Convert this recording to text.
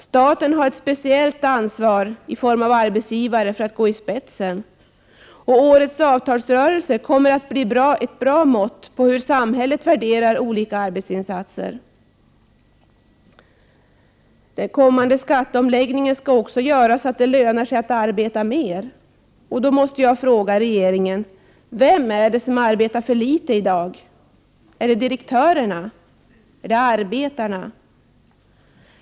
Staten i egenskap av arbetsgivare har en speciellt ansvar för att gå i spetsen. Årets avtalsrörelse kommer att bli ett bra mått på hur samhället värderar olika arbetsinsatser. Den kommande skatteomläggningen skall också göra att det lönar sig att arbeta mer. Då måste jag fråga regeringen: Vem är det som i dag arbetar för litet? Är det direktörerna? Är det arbetarna?